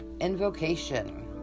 Invocation